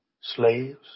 slaves